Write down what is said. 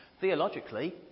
Theologically